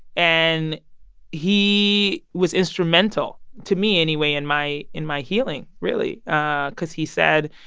and he was instrumental to me anyway in my in my healing really ah because he said,